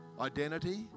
identity